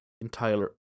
entire